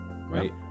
right